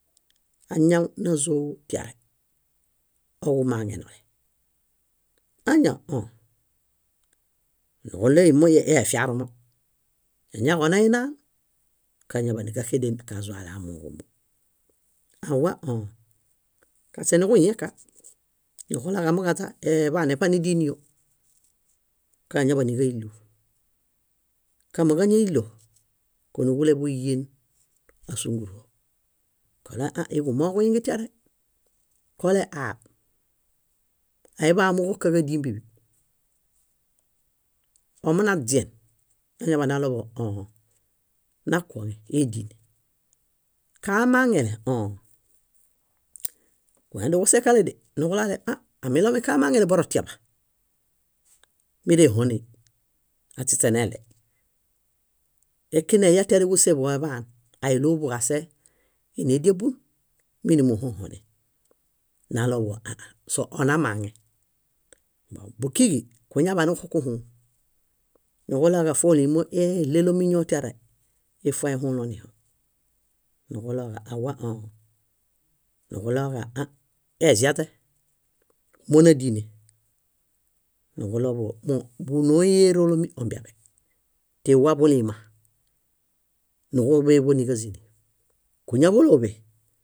. Añaw názo tiare, koġumaŋele. Añaw? Õo. Niġuɭoi mo íi efiarumo. Añaġo nainaan? Kañaḃaan níġaxeden kazuale amooġoo ómu. Awa? Õo. Kaśe niġuhiẽka, niġuɭoġa kaźa eḃaan néṗanedinio. Kañaḃã níġailu. Kámaġañailo, konuleḃuyen ásunguru kolale ã, íi kumooġo kuingetiare kole aab; aiḃa amooġo káġadibiḃi. Omunaźien, nañaḃanaɭoḃuġo õo, nakoŋe édine. Kamaaŋele? Õo. Kundaniġusekalede, niġulale ã, amiɭomi kamaŋele borotiaḃa, mírehonei aśiśe nileɭey. Íkineya tiare ġúseḃuġo eḃaan aiɭoḃuġo asee ínediebu? Mínimuhohone. Naɭoḃuġo ã ãa sionamaŋe. Búkiġi kuñaḃaniġuxukuhũu. Niġuɭoġa fólimo éɭelomiñoo tiare íi foehũloniho. Niġuɭoġa awa? Õo. Niġuɭoġa ã, eziaźe mónadine. Niġuɭoḃuġo móḃunoi éroolomi ombiaḃe. Tiwa buliima, níġuḃeḃo níġazini. Kúñaḃoloḃe